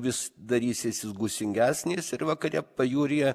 vis darysis jis gūsingesnis ir vakare pajūryje